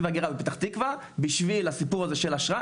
וההגירה בפתח תקווה בשביל הסיפור הזה של אשרה,